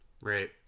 right